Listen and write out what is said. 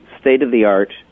state-of-the-art